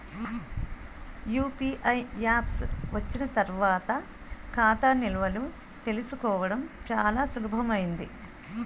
UPI apps వచ్చిన తర్వాత ఖాతా నిల్వలు తెలుసుకోవడం చాలా సులభమైంది